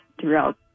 throughout